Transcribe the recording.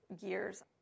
years